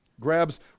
grabs